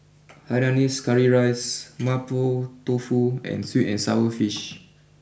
Hainanese Curry Rice Mapo Tofu and sweet and Sour Fish